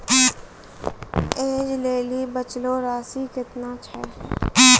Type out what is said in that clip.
ऐज लेली बचलो राशि केतना छै?